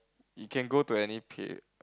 you can go to any pay~